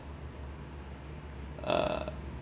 uh